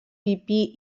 pipí